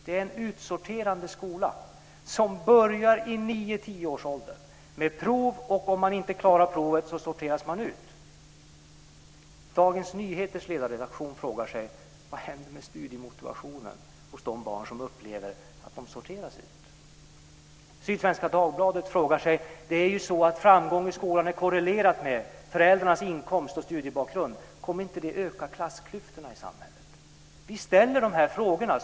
Det är en utsorterande skola som börjar med prov i nio-tio-årsåldern. Om man inte klarar provet sorteras man ut. Dagens Nyheters ledarredaktion frågar sig: Vad händer med studiemotivationen hos de barn som upplever att de sorteras ut? Sydsvenska Dagbladet frågar sig: Det är ju så att framgång i skolan är korrelerat med föräldrarnas inkomst och studiebakgrund, kommer inte det att öka klassklyftorna i samhället? Vi ställer de här frågorna.